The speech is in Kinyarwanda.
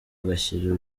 agashyira